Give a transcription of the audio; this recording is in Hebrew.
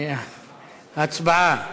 הצבעה.